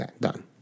Done